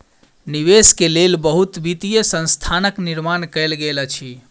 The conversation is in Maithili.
निवेश के लेल बहुत वित्तीय संस्थानक निर्माण कयल गेल अछि